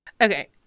Okay